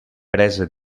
presa